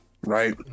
Right